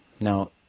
now